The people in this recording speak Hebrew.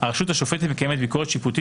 הרשות השופטת מקיימת ביקורת שיפוטית